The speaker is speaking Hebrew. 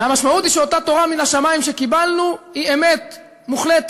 והמשמעות היא שאותה תורה מן השמים שקיבלנו היא אמת מוחלטת.